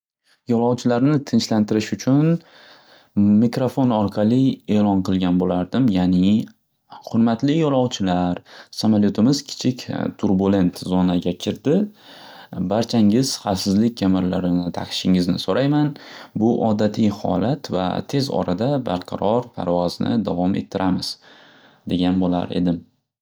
Yo'lovchilarni tinchlartirish uchun mikrafon orqali e'lon qilgan bo'lardim, ya'ni hurmatli yo'lovchilar samaliyotimiz kichik turbo'lent zonaga kirdi. Barchangiz xavfsizlik kamarlarini taqishingizni so'rayman, bu odatiy holat va tez oradabarqaror parvozni davom ettiramiz degan bo'lar edim.